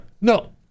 No